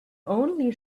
only